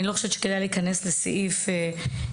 אני לא חושבת שכדאי להיכנס לסעיף 4ג,